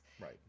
right